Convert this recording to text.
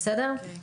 בסדר?